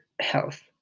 health